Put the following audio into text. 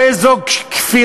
הרי זאת כפירה.